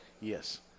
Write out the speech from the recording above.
Yes